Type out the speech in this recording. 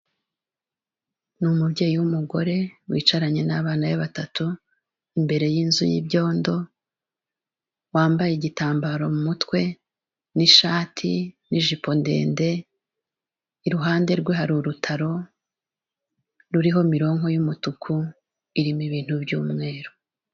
Ni umubyeyi w'umugore wicaranye n'abana be batatu, imbere y'inzu y'ibyondo, wambaye igitambaro mu mutwe n'ishati n'ijipo ndende, iruhande rwe hari urutaro ruriho mironko y'umutuku, irimo ibintu by'umweru.